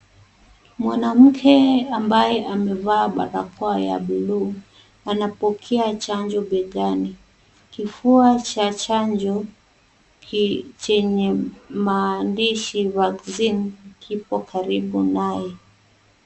Mwanamke ambaye amevaa barakoa ya bluu anapokea chanjo begani. Kifua cha chanjo chenye maandishi Vaccine kipo karibu naye.